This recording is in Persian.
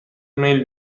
میل